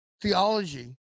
theology